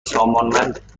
سامانمند